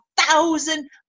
thousand